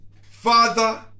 Father